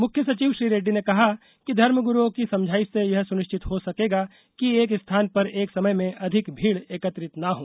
मुख्य सचिव ने श्री रेड्डी ने कहा कि धर्म गुरूओं की समझाईश से यह सुनिश्चित हो सकेगा कि एक स्थान पर एक समय में अधिक भीड़ एकत्रित ना हो